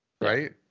Right